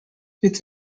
its